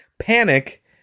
Panic